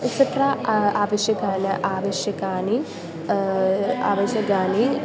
extra आवश्यकानि आवश्यकानि आवश्यकानि